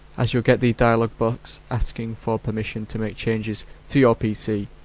as you'll get the dialog box asking for permission to make changes to your pc.